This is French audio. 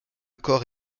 corps